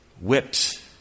whipped